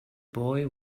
boy